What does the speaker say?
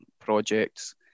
projects